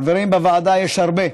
חברים בוועדה יש הרבה,